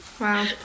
Wow